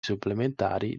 supplementari